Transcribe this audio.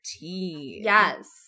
yes